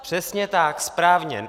Přesně tak, správně.